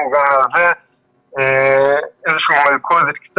הוא גם מהווה איזושהי מלכודת.